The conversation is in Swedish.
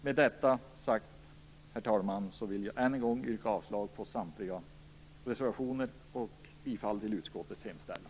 Med detta vill jag, herr talman, yrka avslag på samtliga reservationer och bifall till utskottets hemställan.